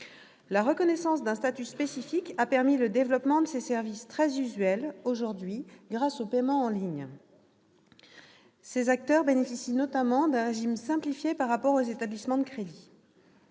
La reconnaissance d'un statut spécifique a permis le développement de ces services très usuels aujourd'hui grâce aux paiements en ligne. Ces acteurs bénéficient notamment d'un régime simplifié par rapport aux établissements de crédit.